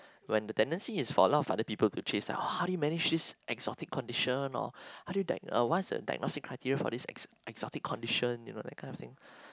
when the tendency is for a lot of other people to chase like how do you manage this exotic condition or how do you diag~ what is the diagnostic criteria for this exotic condition you know that kind of thing